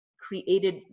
created